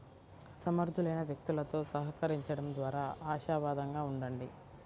సమర్థులైన వ్యక్తులతో సహకరించండం ద్వారా ఆశావాదంగా ఉండండి